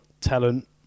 talent